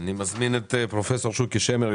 אני מזמין את פרופ' שוקי שמר,